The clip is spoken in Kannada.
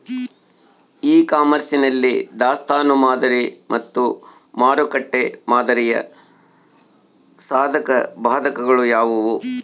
ಇ ಕಾಮರ್ಸ್ ನಲ್ಲಿ ದಾಸ್ತನು ಮಾದರಿ ಮತ್ತು ಮಾರುಕಟ್ಟೆ ಮಾದರಿಯ ಸಾಧಕಬಾಧಕಗಳು ಯಾವುವು?